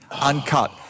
Uncut